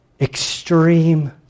extreme